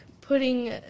putting